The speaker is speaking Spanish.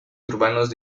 urbanos